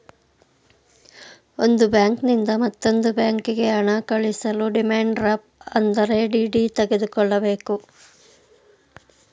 ಒಂದು ಬ್ಯಾಂಕಿನಿಂದ ಮತ್ತೊಂದು ಬ್ಯಾಂಕಿಗೆ ಹಣ ಕಳಿಸಲು ಡಿಮ್ಯಾಂಡ್ ಡ್ರಾಫ್ಟ್ ಅಂದರೆ ಡಿ.ಡಿ ತೆಗೆದುಕೊಳ್ಳಬೇಕು